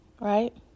right